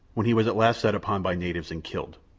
when he was at last set upon by natives and killed.